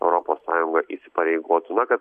europos sąjunga įsipareigotų na kad